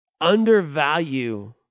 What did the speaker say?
undervalue